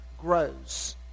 grows